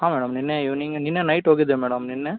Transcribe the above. ಹಾಂ ಮೇಡಮ್ ನೆನ್ನೆ ಈವ್ನಿಂಗ್ ನೆನ್ನೆ ನೈಟ್ ಹೋಗಿದ್ದೆ ಮೇಡಮ್ ನೆನ್ನೆ